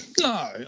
No